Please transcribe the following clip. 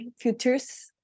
futures